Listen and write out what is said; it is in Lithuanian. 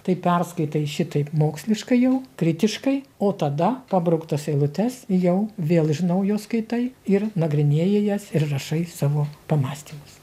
tai perskaitai šitaip moksliškai jau kritiškai o tada pabrauktas eilutes jau vėl iš naujo skaitai ir nagrinėji jas ir rašai savo pamąstymus